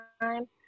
time